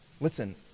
Listen